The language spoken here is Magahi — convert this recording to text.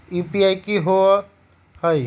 यू.पी.आई कि होअ हई?